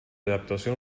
adaptació